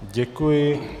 Děkuji.